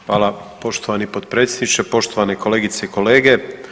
Hvala poštovani potpredsjedniče, poštovane kolegice i kolege.